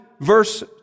verse